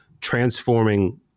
transforming